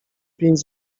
pięć